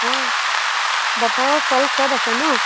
অঁ বতৰৰ ফল সব আছে ন'